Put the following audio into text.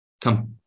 come